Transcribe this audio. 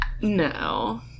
no